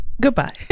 Goodbye